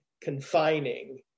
confining